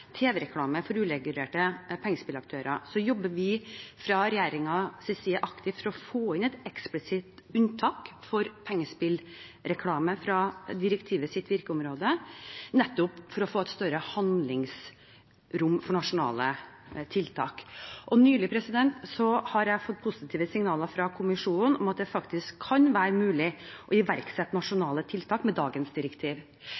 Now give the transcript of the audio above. for uregulerte pengespillaktører, jobber vi fra regjeringens side aktivt for å få inn et eksplisitt unntak for pengespillreklame i direktivets virkeområde, nettopp for å få et større handlingsrom for nasjonale tiltak. Nylig fikk jeg positive signaler fra kommisjonen om at det kan være mulig å iverksette